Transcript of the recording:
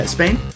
Spain